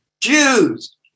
Jews